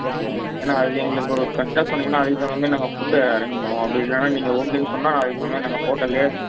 okay ஏன்னா அது எங்களுக்கு கரெக்டாக சொன்னிங்கனா அதுக்கு தகுந்த மாதிரி நாங்கள் ஃபுட் அரேஞ் பண்ணுவோம் அப்படி இல்லைனா நீங்கள் ஓகேனு சொன்னால் அதுக்கு தகுந்த மாதிரி நாங்கள் ஹோட்டல்லேயே